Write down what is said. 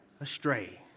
astray